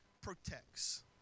protects